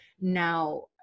Now